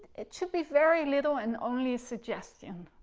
it should be very little and only a suggestion.